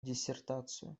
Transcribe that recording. диссертацию